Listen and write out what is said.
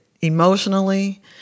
emotionally